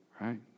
Right